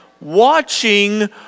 watching